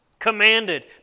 commanded